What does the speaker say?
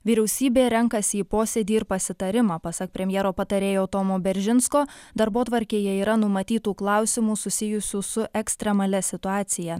vyriausybė renkasi į posėdį ir pasitarimą pasak premjero patarėjo tomo beržinsko darbotvarkėje yra numatytų klausimų susijusių su ekstremalia situacija